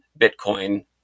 Bitcoin